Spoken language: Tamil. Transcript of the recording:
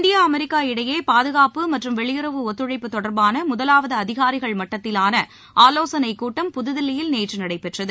இந்தியா அமெரிக்கா இடையே பாதுகாப்பு மற்றும் வெளியுறவு ஒத்துழைப்பு தொடர்பான முதலாவது அதிகாரிகள் மட்டத்திவான ஆவோசனைக் கூட்டம் புதுதில்லியில் நேற்று நடைபெற்றது